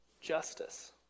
justice